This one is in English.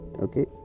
okay